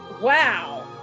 Wow